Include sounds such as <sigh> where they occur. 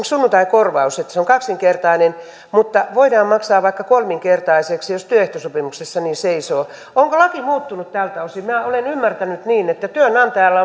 <unintelligible> sunnuntaikorvaus on kaksinkertainen mutta voidaan maksaa vaikka kolminkertaisena jos työehtosopimuksessa niin seisoo onko laki muuttunut tältä osin minä olen ymmärtänyt niin että työnantajalla <unintelligible>